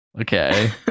Okay